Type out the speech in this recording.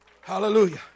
Hallelujah